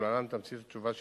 ולהלן תמצית התשובה שהתקבלה: